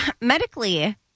Medically